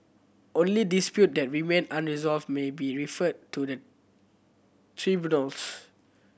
only dispute that remain unresolved may be referred to the tribunals